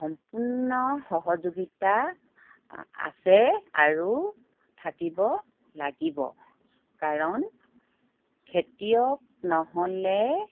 সম্পূৰ্ণ সহযোগিতা আছে আৰু থাকিব লাগিব কাৰণ খেতিয়ক নহ'লে